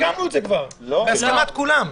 סיכמנו את זה כבר, בהסכמת כולם.